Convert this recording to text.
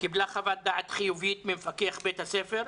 היא קיבלה חוות דעת חיובית ממפקח בית הספר,